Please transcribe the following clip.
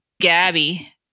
gabby